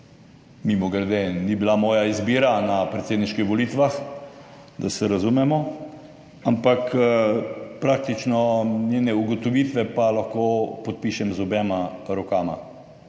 mimogrede, ni bila moja izbira na predsedniških volitvah, da se razumemo, ampak praktično lahko njene ugotovitve podpišem z obema rokama.